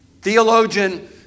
Theologian